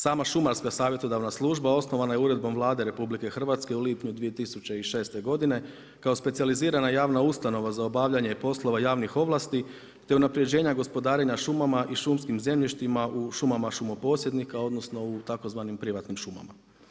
Sama šumarska savjetodavna služba osnovana je Uredbom Vlade RH u lipnju 2006. godine kao specijalizirana javna ustanova za obavljanja poslova javnih ovlasti te unapređenja gospodarenja šumama i šumskim zemljištima u šumama šumoposjednika odnosno u tzv. privatnim šumama.